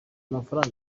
amafaraga